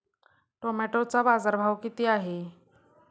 टोमॅटोचा बाजारभाव किती आहे?